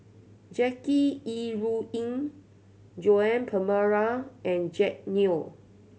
Jackie Yi Ru Ying Joan Pereira and Jack Neo